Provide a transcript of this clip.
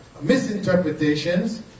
misinterpretations